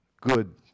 good